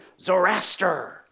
Zoroaster